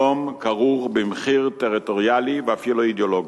שלום כרוך במחיר טריטוריאלי ואפילו אידיאולוגי,